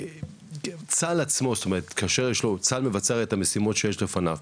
כאשר צה"ל עצמו מבצע את המשימות שיש לפניו,